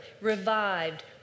revived